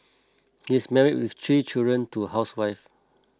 he is married with three children to a housewife